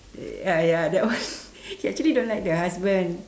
ya ya that one she actually don't like the husband